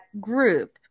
group